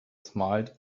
smiled